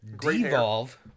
devolve